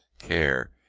care,